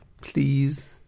please